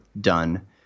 done